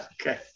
okay